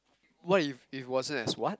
what if it wasn't as what